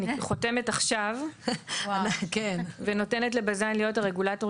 אני חותמת עכשיו ונותנת לבז"ן להיות הרגולטור